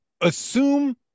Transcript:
assume